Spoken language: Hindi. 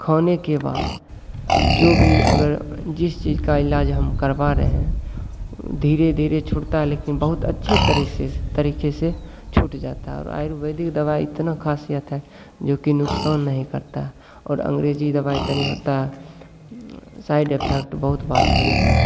खाने के बाद जो भी अगर जिस चीज का इलाज हम करवा रहे हैं धीरे धीरे छूटता है लेकिन बहुत अच्छे तरीके से छूट जाता है और आयुर्वेदिक दवाई इतना खाँसी आता है जो कि नुकसान नहीं करता है और अंग्रेजी दवाई इतना होता है साइड इफेक्ट बहुत बात हो जाता है